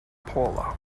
paula